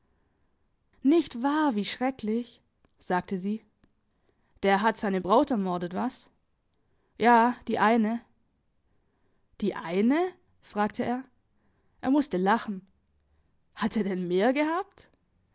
nicht wahr wie schrecklich sagte sie der hat seine braut ermordet was ja die eine die eine fragte er er musste lachen hat er denn mehr gehabt